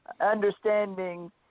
Understanding